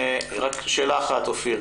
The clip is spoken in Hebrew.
שאלה אחת אופיר.